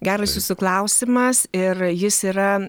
geras jūsų klausimas ir jis yra